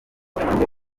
agiye